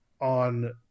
on